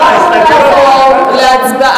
התחילו לצמוח חברי כנסת,